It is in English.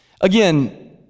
again